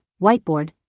whiteboard